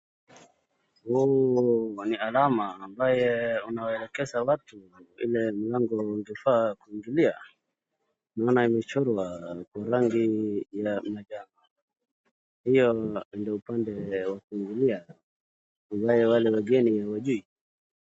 Huu ni alama ambaye unaelekeza watu ile mlango ndio ufaa kuingilia. Naona imechorwa kwa rangi ya manjano. Hiyo ndio upande wa kuingilia, ambaye wale wageni hawajui.